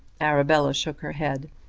arabella shook her head.